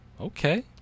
okay